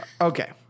Okay